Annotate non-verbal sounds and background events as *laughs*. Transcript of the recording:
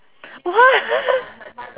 what *laughs*